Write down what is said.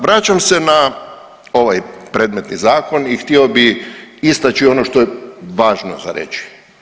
Vraćam se na ovaj predmetni zakon i htio bih istaći ono što je važno za reći.